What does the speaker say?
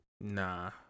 Nah